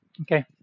okay